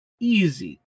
easy